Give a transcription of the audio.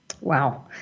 Wow